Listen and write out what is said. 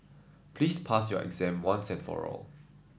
please pass your exam once and for all